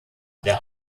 der